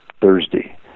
Thursday